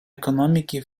економіки